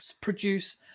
produce